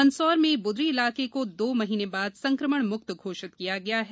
मंदसौर में बुदरी इलाके को दो माह बाद संकमण मुक्त घोषित किया गया है